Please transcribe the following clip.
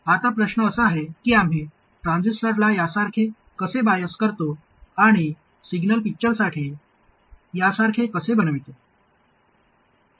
आता प्रश्न असा आहे की आम्ही ट्रांझिस्टरला यासारखे कसे बायस करतो आणि सिग्नल पिक्चरसाठी यासारखे कसे बनवितो